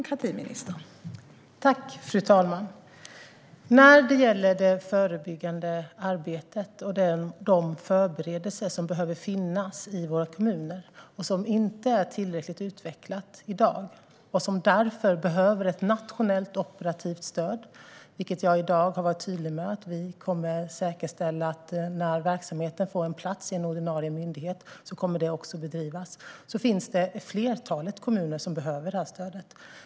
Fru talman! När det gäller det förebyggande arbetet och de förberedelser som behöver finnas i våra kommuner är det inte tillräckligt utvecklat i dag. Därför behövs det ett nationellt operativt stöd. Jag har i dag varit tydlig med att vi kommer att säkerställa att när verksamheten får en plats i en ordinarie myndighet kommer det också att bedrivas. Det finns ett flertal kommuner som behöver det stödet.